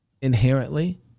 inherently